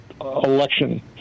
election